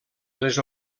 les